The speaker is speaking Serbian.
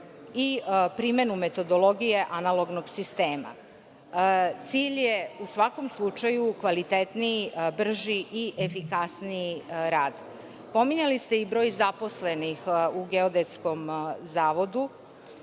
i primenu metodologije analognog sistema. Cilj je u svakom slučaju kvalitetniji, brži i efikasniji rad. Pominjali ste i broj zaposlenih u Geodetskom zavodu